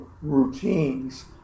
routines